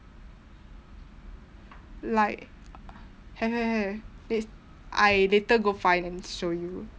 like have have have l~ I later go find and show you